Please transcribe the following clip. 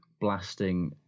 blasting